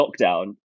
lockdown